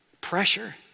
pressure